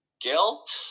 guilt